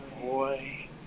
boy